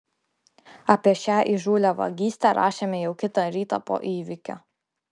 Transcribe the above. apie šią įžūlią vagystę rašėme jau kitą rytą po įvykio